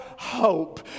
hope